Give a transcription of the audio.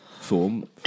form